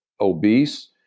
obese